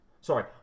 sorry